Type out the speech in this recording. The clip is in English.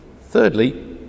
Thirdly